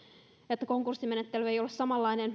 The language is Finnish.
että konkurssimenettely ei ole samanlainen